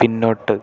പിന്നോട്ട്